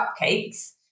cupcakes